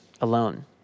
alone